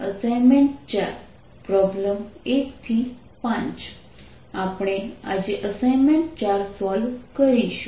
assignment 4 problem 1 5 આપણે આજે assignment 4 solve કરીશું